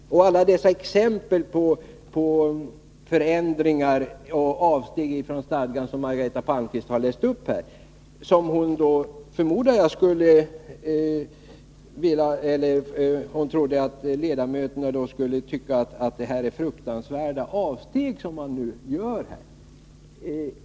Margareta Palmqvist läste här upp en mängd exempel på avsteg från stadgan. Jag förmodar att hon trodde att ledamöterna skulle tycka att det är fruktansvärda avsteg som nu görs.